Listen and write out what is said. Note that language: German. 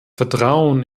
vertrauen